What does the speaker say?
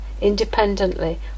independently